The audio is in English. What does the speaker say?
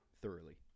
thoroughly